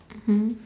mmhmm